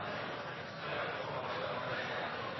Det jeg